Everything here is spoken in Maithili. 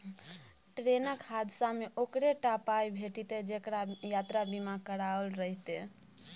ट्रेनक हादसामे ओकरे टा पाय भेटितै जेकरा यात्रा बीमा कराओल रहितै